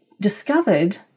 discovered